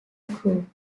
group